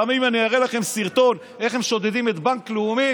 גם אם אני אראה לכם סרטון איך הם שודדים את בנק לאומי